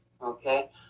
Okay